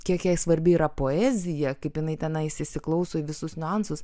kiek jai svarbi yra poezija kaip jinai tenais įsiklauso į visus niuansus